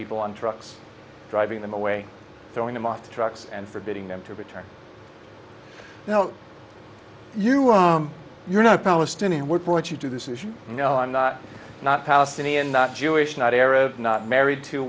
people on trucks driving them away throwing them off the trucks and forbidding them to return now you are you're not palestinian were brought you do this is you know i'm not not palestinian not jewish not error not married to